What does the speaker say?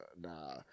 nah